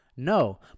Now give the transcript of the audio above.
No